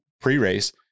pre-race